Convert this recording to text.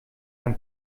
ein